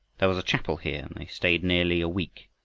there was a chapel here, and they stayed nearly a week,